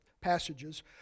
passages